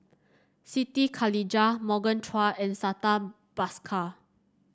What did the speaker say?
Siti Khalijah Morgan Chua and Santha Bhaskar